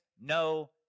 no